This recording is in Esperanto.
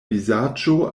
vizaĝo